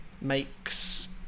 makes